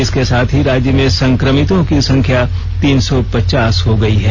इसके साथ ही राज्य में संकमितों की संख्या तीन सौ पचास हो गयी है